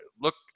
look